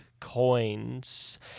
coins